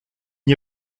n’y